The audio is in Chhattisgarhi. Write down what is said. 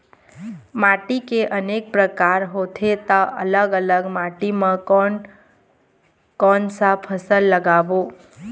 माटी के अनेक प्रकार होथे ता अलग अलग माटी मा कोन कौन सा फसल लगाबो?